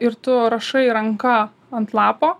ir tu rašai ranka ant lapo